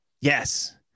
yes